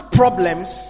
problems